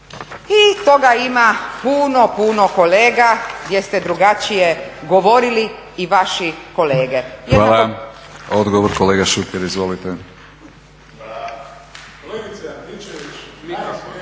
i toga ima puno, puno kolega gdje ste drugačije govorili i vaši kolege. **Batinić, Milorad (HNS)** Hvala. Odgovor kolega Šuker. Izvolite.